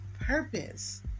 Purpose